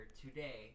today